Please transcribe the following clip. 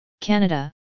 Canada